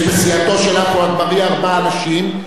אני מציע לקואליציה להתארגן בצורה